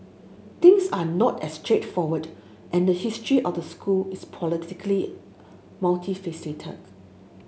things are not as straightforward and the history out school is politically multifaceted